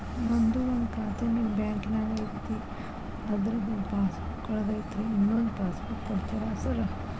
ನಂದು ಒಂದು ಖಾತೆ ನಿಮ್ಮ ಬ್ಯಾಂಕಿನಾಗ್ ಐತಿ ಅದ್ರದು ಪಾಸ್ ಬುಕ್ ಕಳೆದೈತ್ರಿ ಇನ್ನೊಂದ್ ಪಾಸ್ ಬುಕ್ ಕೂಡ್ತೇರಾ ಸರ್?